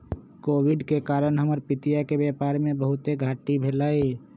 Covid के कारण हमर पितिया के व्यापार में बहुते घाट्टी भेलइ